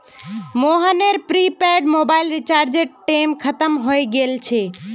मोहनेर prepaid mobile रीचार्जेर टेम खत्म हय गेल छे